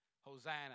Hosanna